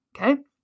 Okay